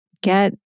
get